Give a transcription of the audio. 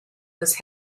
was